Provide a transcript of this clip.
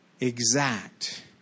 Exact